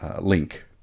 Link